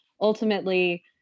ultimately